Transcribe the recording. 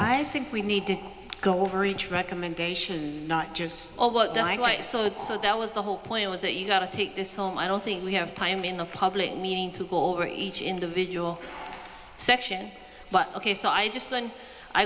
i think we need to go over each recommendation not just sort of so that was the whole point was that you got to take this home i don't think we have time in a public meeting to go over each individual section but ok so i just